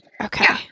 Okay